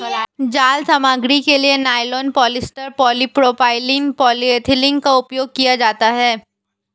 जाल सामग्री के लिए नायलॉन, पॉलिएस्टर, पॉलीप्रोपाइलीन, पॉलीएथिलीन का उपयोग किया जाता है